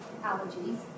allergies